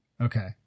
Okay